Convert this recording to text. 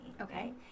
Okay